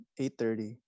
8.30